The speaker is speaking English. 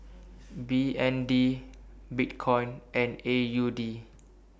B N D Bitcoin and A U D